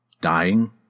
Dying